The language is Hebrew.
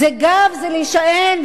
זה גב, זה להישען.